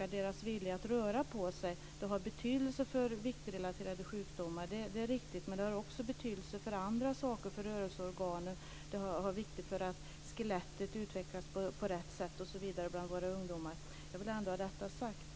människors vilja att röra på sig. Det är riktigt att det har betydelse för viktrelaterade sjukdomar men det har också betydelse för andra saker. Det är viktigt för rörelseorganen, för att skelettet utvecklas på rätt sätt hos våra ungdomar osv. Detta vill jag ha sagt.